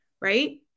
Right